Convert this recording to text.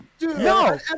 No